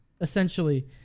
essentially